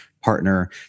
partner